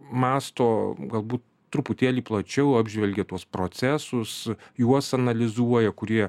mąsto galbūt truputėlį plačiau apžvelgia tuos procesus juos analizuoja kurie